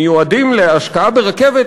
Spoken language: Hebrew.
שמיועדים להשקעה ברכבת,